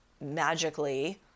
magically